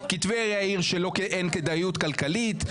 כי טבריה היא עיר שאין כדאיות כלכלית.